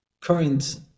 current